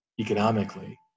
economically